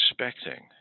expecting